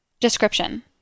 Description